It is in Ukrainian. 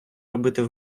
робити